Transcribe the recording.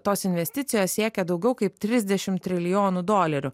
tos investicijos siekia daugiau kaip trisdešimt trilijonų dolerių